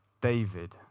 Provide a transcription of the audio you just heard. David